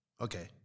Okay